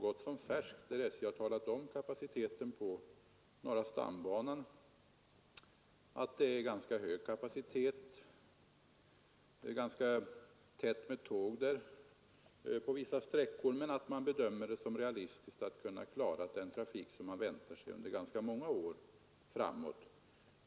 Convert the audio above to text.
SJ har där angivit att kapaciteten på norra stambanan är ganska hög och att det är ganska täta tågförbindelser på vissa sträckor men att man bedömer det som realistiskt att kunna klara den trafik som man väntar sig under ganska många år framåt.